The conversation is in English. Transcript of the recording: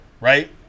right